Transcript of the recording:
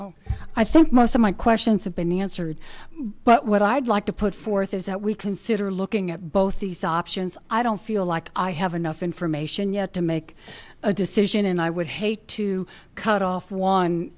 vincent i think most of my questions have been answered but what i'd like to put forth is that we consider looking at both these options i don't feel like i have enough information yet to make a decision and i would hate to cut off one